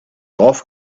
golf